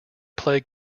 play